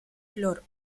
flor